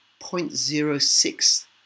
0.06